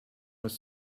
was